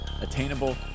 attainable